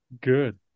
Good